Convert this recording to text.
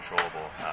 controllable